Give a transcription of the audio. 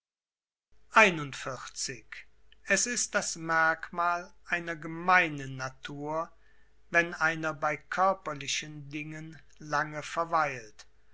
es ist das merkmal einer gemeinen natur wenn einer bei körperlichen dingen lange verweilt